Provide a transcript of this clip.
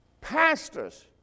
Pastors